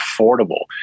affordable